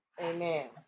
Amen